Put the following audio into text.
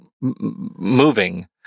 moving